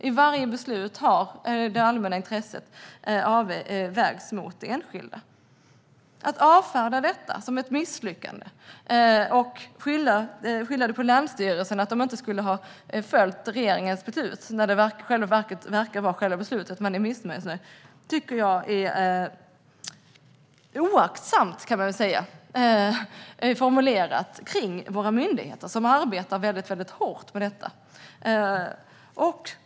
I varje beslut har det allmänna intresset vägts mot det enskilda. Att avfärda detta som ett misslyckande och skylla det på länsstyrelsen och säga att de inte skulle ha följt regeringens beslut, när det i själva verket verkar vara själva beslutet man är missnöjd med, tycker jag är oaktsamt formulerat om våra myndigheter, som arbetar väldigt hårt med detta.